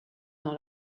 dans